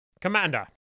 Commander